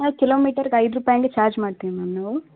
ಹಾಂ ಕಿಲೋಮೀಟರ್ಗೆ ಐದು ರೂಪಾಯಿ ಹಂಗೆ ಚಾರ್ಜ್ ಮಾಡ್ತೀವಿ ಮ್ಯಾಮ್ ನಾವು